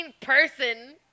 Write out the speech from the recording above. person